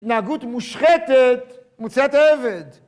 התנהגות מושחתת, מוציאה את העבד.